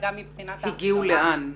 הגיעו לאן?